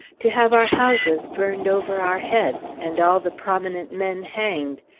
to have our houses burned over our heads, and all the prominent men hanged,